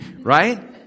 Right